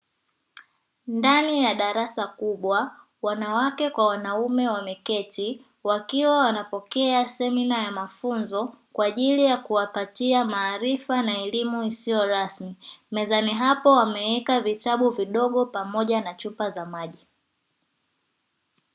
Ndani ya darasa kubwa wanawake kwa wanaume wameketi wakiwa wanapokea semina ya mafunzo kwa ajili ya kuwapatia maarifa na elimu isiyorasmi mezani hapo wameweka vitabu vidogo pamoja na chupa za maji.